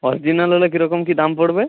original হলে কী রকম কী দাম পড়বে